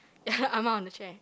ya ah ma on the chair